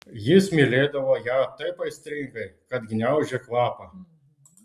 jis mylėdavo ją taip aistringai kad gniaužė kvapą